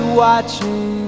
watching